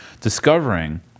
discovering